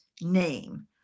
name